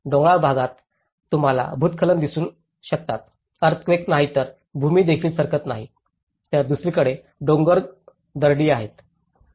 डोंगराळ भागात तुम्हाला भूस्खलन दिसू शकतात अर्थक्वेकच नाही तर भूमी देखील सरकत नाही तर दुसरीकडे डोंगर दरडी आहे